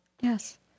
Yes